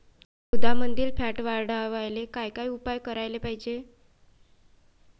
दुधामंदील फॅट वाढवायले काय काय उपाय करायले पाहिजे?